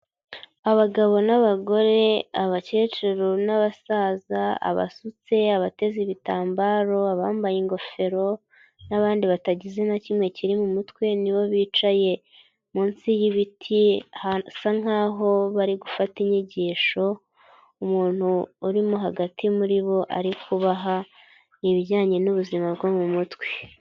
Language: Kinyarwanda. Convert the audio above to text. Abagabo n'abagore, abakecuru n'abasaza, abasutse, abateze ibitambaro, abambaye ingofero n'abandi batagize na kimwe kiri mu mutwe ni bo bicaye munsi y'ibiti hasa nk'aho bari gufata inyigisho, umuntu urimo hagati muri bo ari kubaha ibijyanye n'ubuzima bwo mu mutwe.